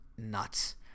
Nuts